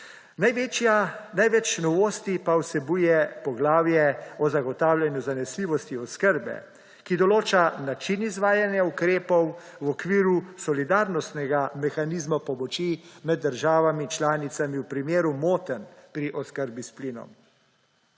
sistem. Največ novosti pa vsebuje poglavje o zagotavljanju zanesljivosti oskrbe, ki določa način izvajanja ukrepov v okviru solidarnostnega mehanizma pomoči med državami članicami v primeru motenj pri oskrbi s plinom.